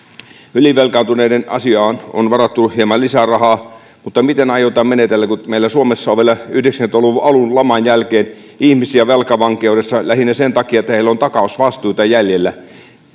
ylivelkaantuneiden asiaan on varattu hieman lisää rahaa miten aiotaan menetellä kun meillä suomessa on vielä yhdeksänkymmentä luvun alun laman jälkeen ihmisiä velkavankeudessa lähinnä sen takia että heillä on takausvastuita jäljellä